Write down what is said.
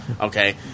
Okay